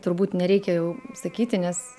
turbūt nereikia jau sakyti nes